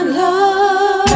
love